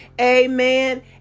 amen